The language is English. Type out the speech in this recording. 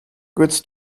goods